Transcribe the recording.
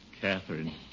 Catherine